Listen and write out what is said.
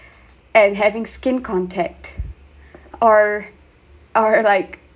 and having skin contact or or like